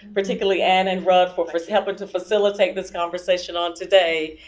particularly ann and rud for for helping to facilitate this conversation on today.